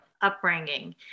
upbringing